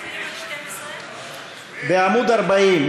מצביעים על 12. בעמוד 40,